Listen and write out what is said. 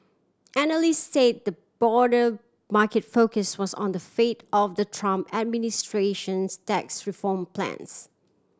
analysts say the broader market focus was on the fate of the Trump administration's tax reform plans